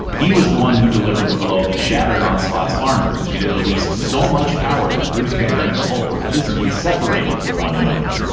he was the one who delivered the blow that shattered onslaught's armor, and it released so much power that bruce banner and the hulk were physically separated from one another.